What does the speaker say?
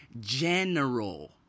General